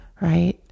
right